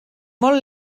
molt